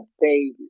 baby